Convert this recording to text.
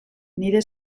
nire